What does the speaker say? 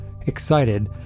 excited